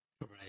right